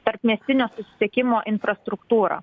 tarpmiestinio susisiekimo infrastruktūra